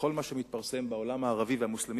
לכל מה שמתפרסם בעולם הערבי והמוסלמי